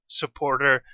supporter